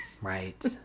Right